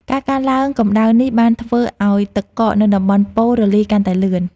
ការកើនឡើងកម្ដៅនេះបានធ្វើឱ្យទឹកកកនៅតំបន់ប៉ូលរលាយកាន់តែលឿន។